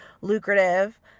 lucrative